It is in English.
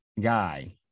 guy